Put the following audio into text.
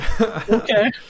okay